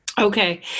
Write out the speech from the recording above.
Okay